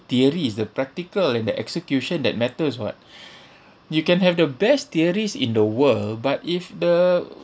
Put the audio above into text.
theory is the practical and the execution that matters [what] you can have the best theories in the world but if the